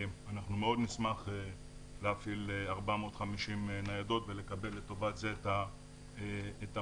אנחנו מאוד נשמח להפעיל 450 ניידות ולקבל לטובת זה את המשאבים.